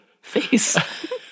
face